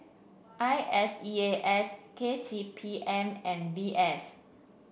I S E A S K T P M and V S